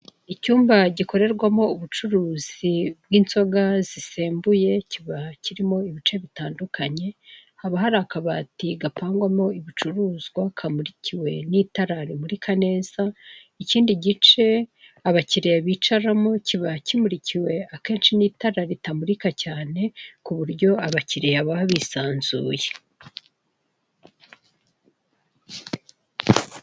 Icyumba gikorerwamo ubucuruzi bw'inzoga zisembuye kiba kirimo ibice bitandukanye: haba hari akabati gapangwamo ibicuruzwa kamurikiwe n'itara rimurika neza, ikindi gice abakiriya bicaramo kiba kamurikiwe akenshi n'itara ritamurika cyane kuburyo abakiriya bicaramo bisanzuye.